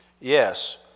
Yes